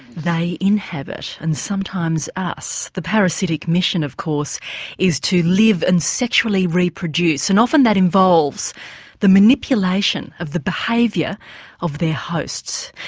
they inhabit and sometimes us. the parasitic mission of course is to live and sexually reproduce. and often that involves the manipulation of the behaviour of their hosts.